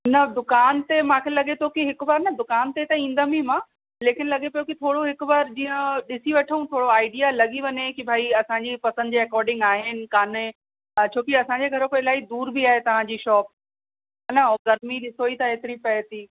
न दुकान ते मूंखे लॻे थो कि हिक बार न दुकान ते त ईंदमि ई मां लेकिन लॻे पियो कि थोरो हिक बार जीअं ॾिसी वठऊं थोरो आइडिया लॻी वञे कि भई असांजी पसंदि जे अकॉडिंग आहिनि काने छोकी असांजे घर खां इलाही दूरि बि आहे तव्हां जी शॉप न उहो गर्मी ॾिसो ई था एतिरी पए थी